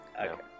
Okay